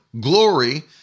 glory